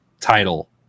title